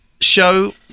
show